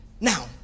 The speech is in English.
Now